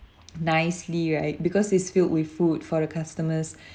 nicely right because it's filled with food for the customers